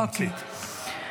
אוקיי.